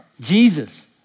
Jesus